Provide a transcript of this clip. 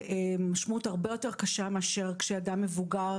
משמעות הרבה יותר קשה מאשר אצל אדם מבוגר.